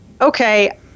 okay